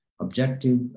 objective